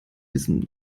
wissen